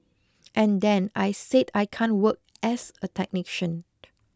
and then I said I can't work as a technician